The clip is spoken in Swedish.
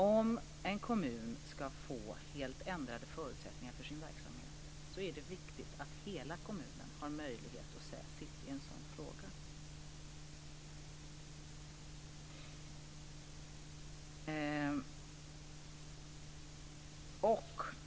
Om en kommun ska få helt ändrade förutsättningar för sin verksamhet är det viktigt att hela kommunen har möjlighet att säga sitt i en sådan fråga.